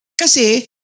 Kasi